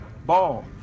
Ball